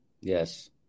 Yes